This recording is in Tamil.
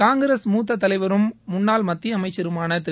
காங்கிரஸ் மூத்த தலைவரும் முன்னாள் மத்திய அமைச்சருமான திரு